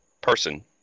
Person